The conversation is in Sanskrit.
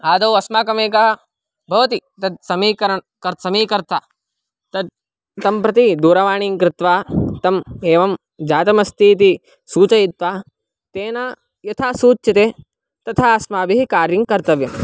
आदौ अस्माकमेकः भवति तत् समीकरणं समीकर्ता तत् तं प्रति दूरवाणीं कृत्वा तम् एवं जातमस्ति इति सूचयित्वा तेन यथा सूच्यते तथा अस्माभिः कार्यङ्कर्तव्यम्